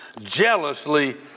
jealously